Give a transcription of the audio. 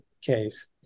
case